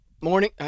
Morning